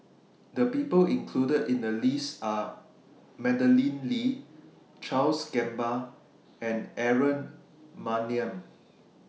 The People included in The list Are Madeleine Lee Charles Gamba and Aaron Maniam